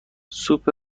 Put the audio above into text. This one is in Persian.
سوپ